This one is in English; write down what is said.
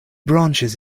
branches